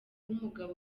umugabo